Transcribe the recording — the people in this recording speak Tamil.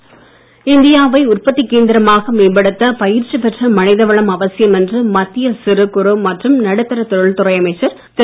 கட்கரி இந்தியாவை உற்பத்திக் கேந்திரமாக மேம்படுத்த பயிற்சி பெற்ற மனிதவளம் அவசியம் என்று மத்திய சிறு குறு மற்றும் நடுத்தா தொழில்துறை அமைச்சர் திரு